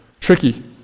tricky